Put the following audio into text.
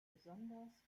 besonders